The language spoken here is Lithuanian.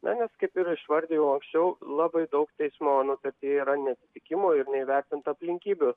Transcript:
na nes kaip ir išvardijau anksčiau labai daug teismo nutartyje yra neatitikimų ir neįvertinta aplinkybių